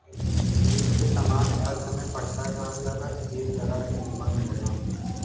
lease के सामान्य अर्थ में पट्टा कहल जाला ई एक तरह क अनुबंध होला